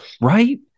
Right